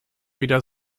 wieder